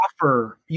offer